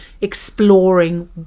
exploring